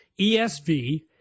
ESV